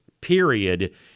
period